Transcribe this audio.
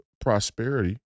prosperity